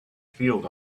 field